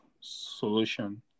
solution